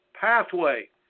pathway